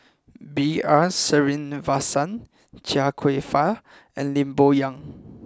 B R Sreenivasan Chia Kwek Fah and Lee Boon Yang